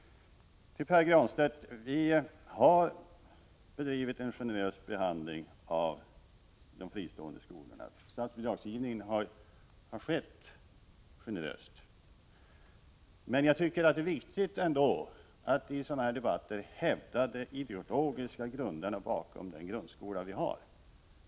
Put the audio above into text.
Till Pär Granstedt: Vi har givit de fristående skolorna en generös behandling. Statsbidragsgivningen har skett generöst. Men jag tycker att det ändå är viktigt att i sådana här debatter hävda de ideologiska grunderna för — Prot. 1985/86:32 den grundskola vi har.